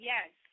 Yes